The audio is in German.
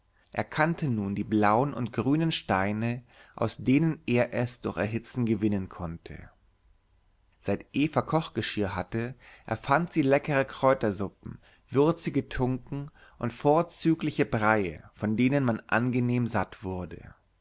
er kannte nun die blauen und grünen steine aus denen er es durch erhitzen gewinnen konnte seit eva kochgeschirr hatte erfand sie leckere kräutersuppen würzige tunken und vorzügliche breie von denen man angenehm satt wurde